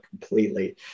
completely